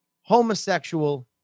homosexual